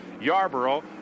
Yarborough